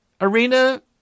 arena